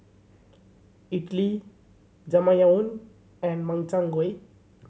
Idili Jajangmyeon and Makchang Gui